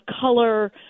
color